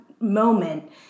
moment